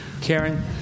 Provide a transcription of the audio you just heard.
Karen